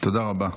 תודה רבה.